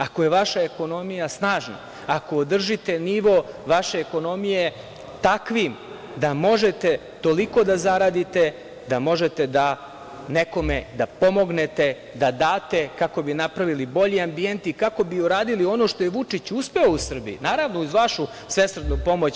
Ako je vaša ekonomija snažna, ako održite nivo vaše ekonomije takvim da možete toliko da zaradite, da možete nekome da pomognete, da date, kako bi napravili bolji ambijent i kako bi uradili ono što je Vučić uspeo u Srbiji, naravno uz vašu svesrdnu pomoć.